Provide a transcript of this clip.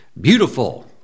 beautiful